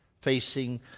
facing